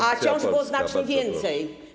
A ciąż było znacznie więcej.